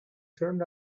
turned